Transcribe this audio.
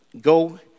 go